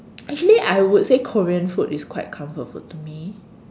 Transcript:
actually I would say Korean food is quite comfort food to me